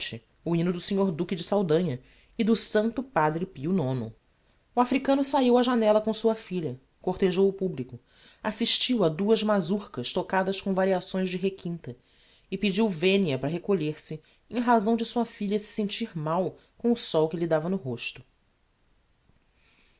o hymno do snr duque de saldanha e o do santo padre pio ix o africano sahiu á janella com sua filha cortejou o publico assistiu a duas mazurkas tocadas com variações de requinta e pediu venia para recolher-se em razão de sua filha se sentir mal com o sol que lhe dava no rosto